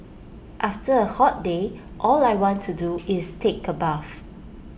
after A hot day all I want to do is take A bath